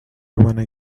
wanna